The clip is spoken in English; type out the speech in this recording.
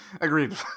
agreed